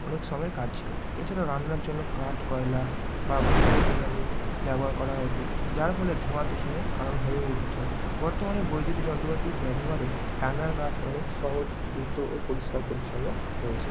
অনেক সময়ের কাজ ছিলো এছাড়াও রান্নার জন্য কাঠ কয়লা বা গোবর জ্বালানি ব্যবহার করা হতো যার ফলে ধোঁয়া দূষণের কারণ হয়ে উঠতো বর্তমানে বৈদ্যুতিক যন্ত্রপাতি ব্যবহারে রান্নার কাজ অনেক সহজ দ্রুত ও পরিষ্কার পরিচ্ছন্ন হয়েছে